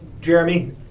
Jeremy